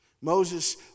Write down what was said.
Moses